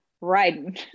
riding